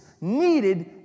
needed